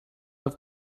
have